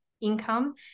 income